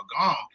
gone